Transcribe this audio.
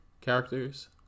Characters